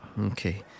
Okay